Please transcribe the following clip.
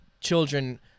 children